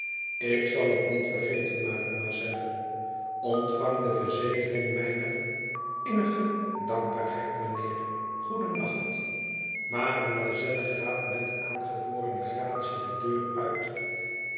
ik zal het niet vergeten mademoiselle ontvang de verzekering mijner innige dankbaarheid mijnheer goedennacht mademoiselle gaat met aangeborene gratie de deur uit